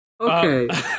Okay